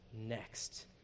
next